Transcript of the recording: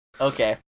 Okay